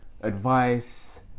advice